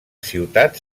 ciutat